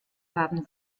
haben